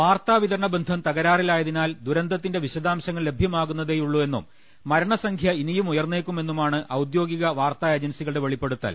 വാർത്താവിതരണ് ബന്ധം തകരാറിലാ യതിനാൽ ദുരന്തത്തിന്റെ വിശദാംശങ്ങൾ ലഭ്യമാകുന്നതെയുള്ളു എന്നും മരണസംഖ്യ ഇനിയും ഉയർന്നേക്കുമെന്നുമാണ് ഔദ്യോഗിക വാർത്താ ഏജൻസികളുടെ വെളിപ്പെടുത്തൽ